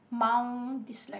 mild dyslexic